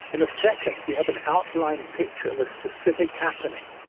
in the second, we have an outline picture of a specific happening.